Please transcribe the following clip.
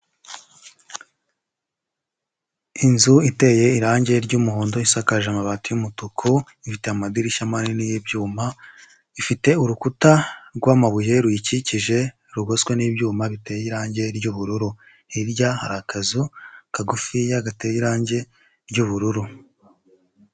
Inzu iteye irangi ry'umuhondo isakaje amabati y'umutuku ifite amadirishya manini y'ibyuma, ifite urukuta rw'amabuye ruyikikije rugoswe n'ibyuma biteye irangi ry'ubururu. Hirya hari akazu kagufiya gateye irangi ry'ubururu.